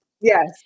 Yes